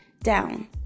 down